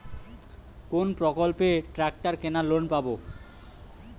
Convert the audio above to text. কোন প্রকল্পে ট্রাকটার কেনার লোন পাব?